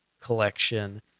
collection